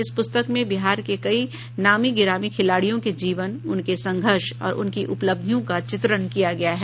इस पुस्तक में बिहार के कई नामी गिरामी खिलाड़ियों के जीवन उनके संघर्ष और उनकी उपलब्धियों का चित्रण किया गया है